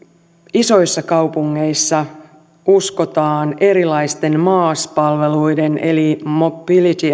isoissa kaupungeissa uskotaan erilaisten maas palveluiden eli mobility